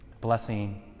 Blessing